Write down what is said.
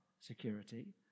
security